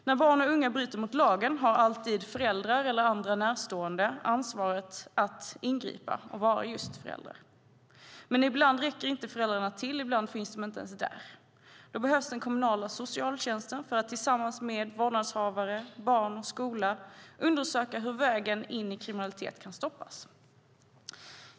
När barn och unga bryter mot lagen har alltid föräldrar eller andra närstående ansvaret att ingripa och vara just föräldrar. Men ibland räcker inte föräldrarna till, och ibland finns de inte ens där. Då behövs den kommunala socialtjänsten för att tillsammans med vårdnadshavare, barn och skola undersöka hur vägen in i kriminalitet kan stoppas.